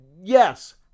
yes